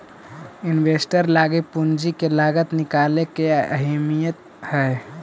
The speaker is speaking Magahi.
इन्वेस्टर लागी पूंजी के लागत निकाले के का अहमियत हई?